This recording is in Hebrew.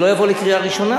זה לא יבוא לקריאה ראשונה.